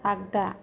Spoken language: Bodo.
आगदा